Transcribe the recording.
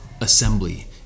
assembly